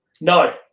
No